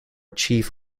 chief